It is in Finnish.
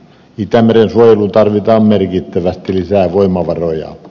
itämeren suojeluun tarvitaan merkittävästi lisää voimavaroja